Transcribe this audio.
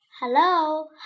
Hello